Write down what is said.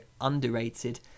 underrated